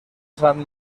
sant